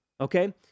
Okay